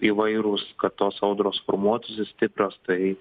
įvairūs kad tos audros formuotųsi stiprios tai